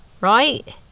right